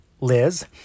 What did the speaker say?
Liz